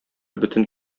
бөтен